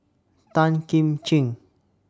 Tan Kim Ching